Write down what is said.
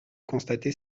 constatés